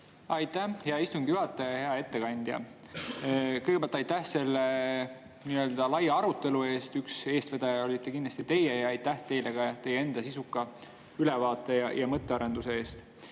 Aitäh, hea istungi juhataja! Hea ettekandja, kõigepealt aitäh selle laia arutelu eest! Üks eestvedaja olite kindlasti teie. Aitäh teile ka teie enda sisuka ülevaate ja mõttearenduse eest!